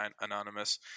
anonymous